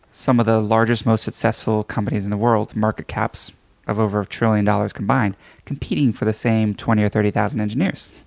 some of the largest, most successful companies in the world market caps of over a trillion dollars combined competing for the same twenty or thirty thousand engineers.